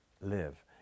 live